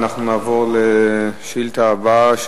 אנחנו נעבור לשאילתא הבאה,